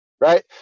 right